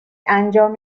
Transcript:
انجام